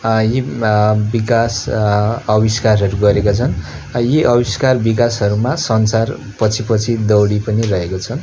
यी विकास अविष्कारहरू गरेका छन् यी आविष्कार विकासहरूमा संसार पछिपछि दौडी पनि रहेको छ